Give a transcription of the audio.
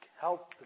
help